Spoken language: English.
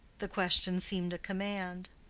the question seemed a command.